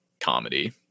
comedy